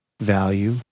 value